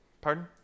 Pardon